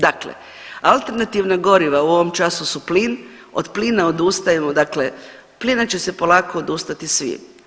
Dakle, alternativna goriva u ovom času su plin, od plina odustajemo, dakle plina će se polako odustati svi.